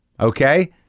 okay